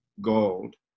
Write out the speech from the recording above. gold